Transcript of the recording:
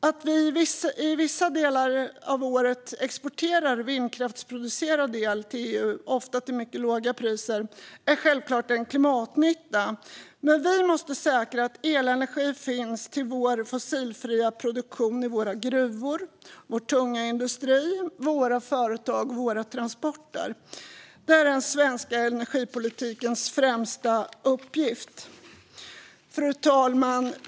Att vi vissa delar av året exporterar vindkraftsproducerad el till EU - ofta till mycket låga priser - är självklart en klimatnytta. Men vi måste säkra att elenergi finns till vår fossilfria produktion i våra gruvor, i vår tunga industri, i våra företag och till våra transporter. Det är den svenska energipolitikens främsta uppgift. Fru talman!